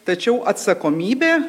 tačiau atsakomybė